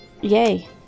Yay